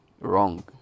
wrong